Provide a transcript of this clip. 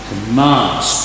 commands